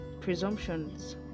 presumptions